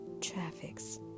traffics